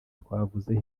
twavuze